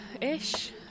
ish